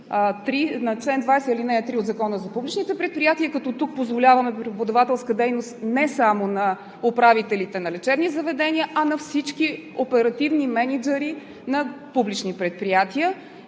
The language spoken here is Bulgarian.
на чл. 20, ал. 3 от Закона за публичните предприятия, като тук позволяваме преподавателска дейност не само на управителите на лечебни заведения, а на всички оперативни мениджъри на публични предприятия.